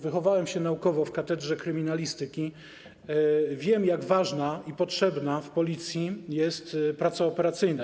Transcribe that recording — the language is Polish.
Wychowałem się naukowo w katedrze kryminalistyki, wiem jak ważna i potrzebna w Policji jest praca operacyjna.